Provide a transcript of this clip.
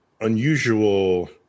unusual